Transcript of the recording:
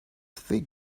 fig